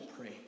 pray